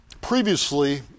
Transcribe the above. previously